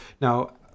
Now